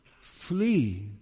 flee